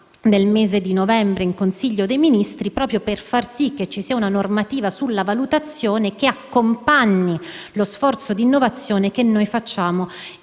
nel mese di novembre in Consiglio dei ministri, proprio per far sì che ci sia una normativa sulla valutazione che accompagni lo sforzo di innovazione che facciamo